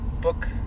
book